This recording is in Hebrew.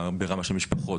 גם ברמה של משפחות,